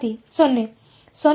ವಿದ್ಯಾರ್ಥಿ 0